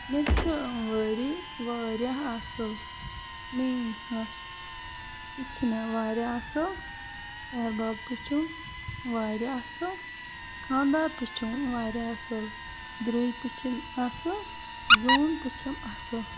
مےٚ چھِ وٲری واریاہ اصل میٲنٛۍ ہش سُہ تہِ چھِ مےٚ واریاہ اصل ہیٚہَر باب تہِ چھُم واریاہ اصل خاندار تہِ چھُم واریاہ اصل درُے تہِ تہِ چھِم اصل زٲم تہِ چھَم اصل